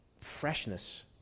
freshness